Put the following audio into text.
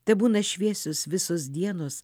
tebūna šviesios visos dienos